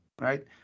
right